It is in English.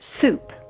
soup